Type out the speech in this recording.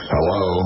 Hello